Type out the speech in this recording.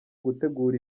gutegura